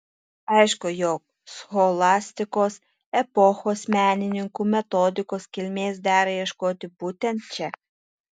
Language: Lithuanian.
aišku jog scholastikos epochos menininkų metodikos kilmės dera ieškoti būtent čia